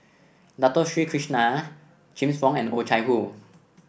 Dato Sri Krishna James Wong and Oh Chai Hoo